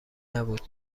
نبود